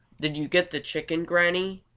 did you get the chicken, granny?